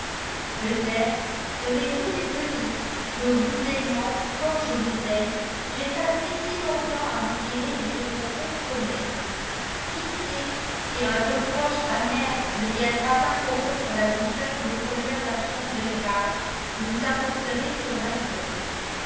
peut-être serez-vous étonné que vous aimant comme je vous aime j'aie tardé si longtemps à vous tirer de ce profond sommeil qui sait si un reproche amer ne viendra pas corrompre la douceur des premières actions de grâces que vous apporterez sur ma tombe